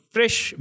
fresh